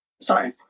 Sorry